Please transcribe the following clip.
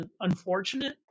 unfortunate